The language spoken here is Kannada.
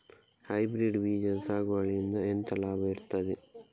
ಹೈಬ್ರಿಡ್ ಬೀಜದ ಸಾಗುವಳಿಯಿಂದ ಎಂತ ಲಾಭ ಇರ್ತದೆ?